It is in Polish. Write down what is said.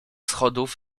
schodów